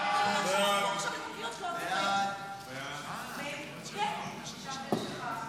חוק התקנים (תיקון מס' 19),